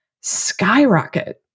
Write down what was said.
skyrocket